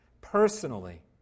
personally